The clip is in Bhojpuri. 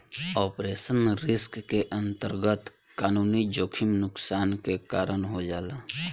ऑपरेशनल रिस्क के अंतरगत कानूनी जोखिम नुकसान के कारन हो जाला